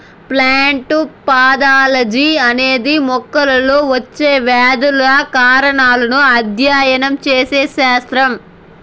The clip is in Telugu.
ప్లాంట్ పాథాలజీ అనేది మొక్కల్లో వచ్చే వ్యాధుల కారణాలను అధ్యయనం చేసే శాస్త్రం